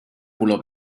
color